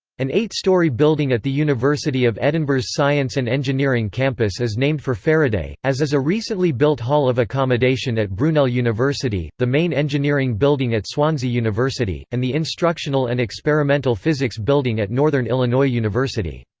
an eight-story building at the university of edinburgh's science and engineering campus is named for faraday, as is a recently built hall of accommodation at brunel university, the main engineering building at swansea university, and the instructional and experimental physics building at northern illinois university.